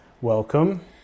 Welcome